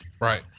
right